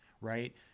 right